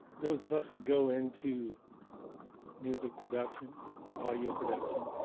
those of us who go into music production or audio production